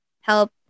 help